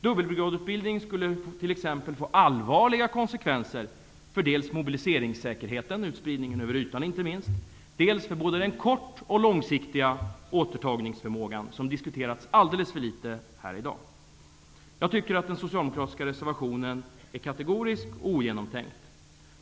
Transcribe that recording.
Dubbelbrigadutbildning skulle t.ex. få allvarliga konsekvenser för dels mobiliseringssäkerheten, inte minst utspridningen över ytan, dels för både den kort och långsiktiga återtagningsförmågan. Den har diskuterats alldeles för litet här i dag. Jag tycker att den socialdemokratiska reservationen är kategorisk och ogenomtänkt.